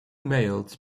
males